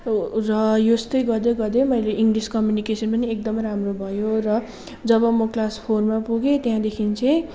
र यस्तो गर्दै गर्दै मैले इङ्लिस कम्युनिकेसन पनि एकदमै राम्रो भयो र जब म क्लास फोरमा पुगेँ त्यहाँदेखिन् चाहिँ